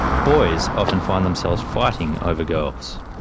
boys often find themselves fighting over girls.